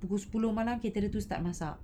pukul sepuluh malam caterer tu start masak